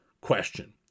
question